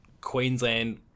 Queensland